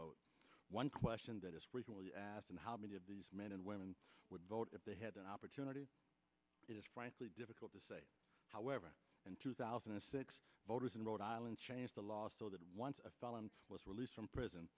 vote one question that is frequently asked and how many of these men and women would vote if they had an opportunity it is frankly difficult to say however in two thousand and six voters in rhode island changed the law so that once a felon was released from prison